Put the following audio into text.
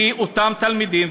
כי אלה אותם תלמידים,